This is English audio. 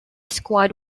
squad